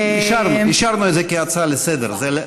אישרנו את זה כהצעה לסדר-היום,